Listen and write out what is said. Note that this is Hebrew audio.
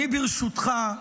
אני, ברשותך,